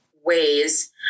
ways